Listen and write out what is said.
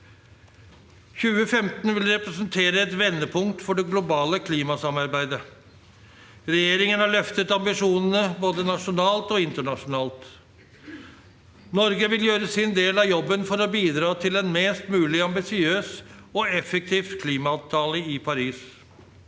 2015 vil representere et vendepunkt for det globale klimasamar beidet. Regjeringen har løftet ambisjonene både nasjonalt og internasjonalt. Norge vil gjøre sin del av jobben for å bidra til en mest mulig ambisiøs og effektiv klimaavtale i Paris.